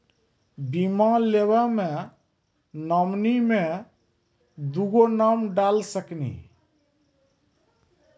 बीमा लेवे मे नॉमिनी मे दुगो नाम डाल सकनी?